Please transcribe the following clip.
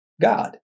God